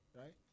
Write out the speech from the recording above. right